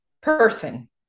person